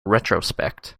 retrospect